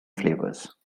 flavors